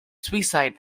suicide